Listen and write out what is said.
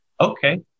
Okay